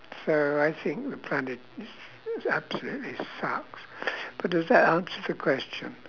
so I think the planet absolutely sucks but does that answer the question